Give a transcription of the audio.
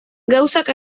gauzak